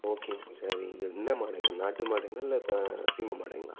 ஓகேங்க சார் இது என்ன மாடுங்க நாட்டு மாடுங்களா இல்லை ப சீம மாடுங்களா